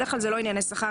בדרך כלל זה לא ענייני שכר,